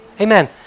Amen